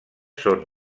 són